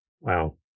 Wow